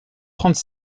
trente